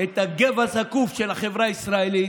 את הגב הזקוף של החברה הישראלית.